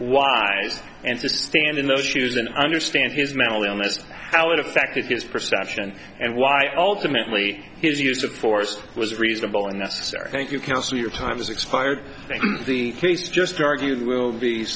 wise and to stand in those shoes and understand his mental illness how it affected his perception and why ultimately his use of force was reasonable and necessary thank you counsel your time has expired the case just argued will be